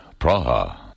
Praha